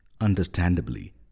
understandably